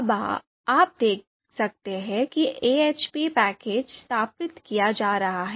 अब आप देख सकते हैं कि एएचपी पैकेज स्थापित किया जा रहा है